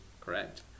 correct